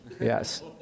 Yes